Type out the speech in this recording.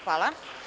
Hvala.